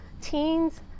teens